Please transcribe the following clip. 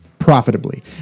profitably